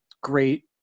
great